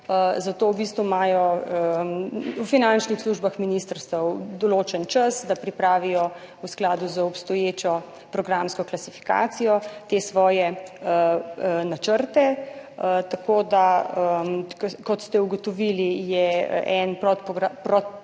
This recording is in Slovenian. zato imajo v finančnih službah ministrstev določen čas, da pripravijo v skladu z obstoječo programsko klasifikacijo te svoje načrte. Kot ste ugotovili, en podprogram